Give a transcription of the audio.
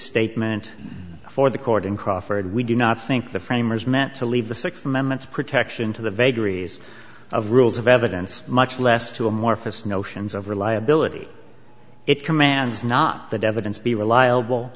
statement before the court in crawford we do not think the framers meant to leave the sixth amendment protection to the vagaries of rules of evidence much less to amorphous notions of reliability it commands not that evidence be reliable